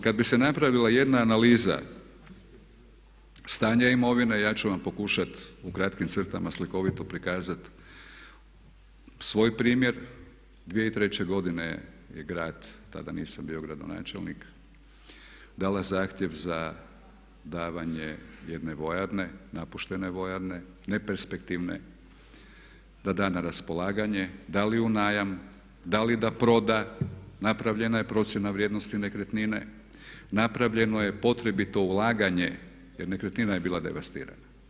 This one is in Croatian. Kada bi se napravila jedna analiza stanja imovine ja ću vam pokušati u kratkim crtama slikovito prikazati svoj primjer, 2003. godine je grad, tada nisam bio gradonačelnik, dala zahtjev za davanje jedne vojarne, napuštene vojarne, neperspektivne, da da na raspolaganje, da li u najam, da li da proda, napravljena je procjena vrijednosti nekretnine, napravljeno je potrebito ulaganje jer nekretnina je bila devastirana.